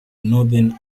northern